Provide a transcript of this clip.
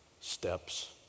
steps